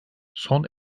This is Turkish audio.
son